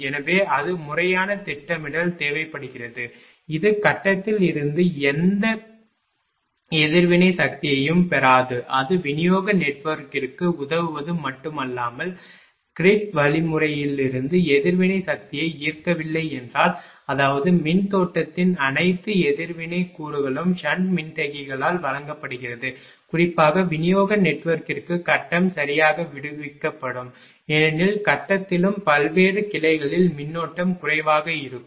எனவே அது முறையான திட்டமிடல் தேவைப்படுகிறது இது கட்டத்திலிருந்து எந்த எதிர்வினை சக்தியையும் பெறாது அது விநியோக நெட்வொர்க்கிற்கு உதவுவது மட்டுமல்லாமல் கிரிட் வழிமுறையிலிருந்து எதிர்வினை சக்தியை ஈர்க்கவில்லை என்றால் அதாவது மின்னோட்டத்தின் அனைத்து எதிர்வினை கூறுகளும் ஷன்ட் மின்தேக்கியால் வழங்கப்படுகிறது குறிப்பாக விநியோக நெட்வொர்க்கிற்கு கட்டம் சரியாக விடுவிக்கப்படும் ஏனெனில் கட்டத்திலும் பல்வேறு கிளைகளில் மின்னோட்டம் குறைவாக இருக்கும்